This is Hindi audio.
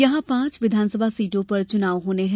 यहां पांच विधानसभा सीटों पर चुनाव होने हैं